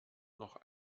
noch